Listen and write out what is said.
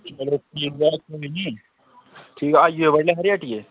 feedback थुआढ़ी निं आई भी आई जाएओ बडलै खरी हट्टियै ई